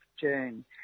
June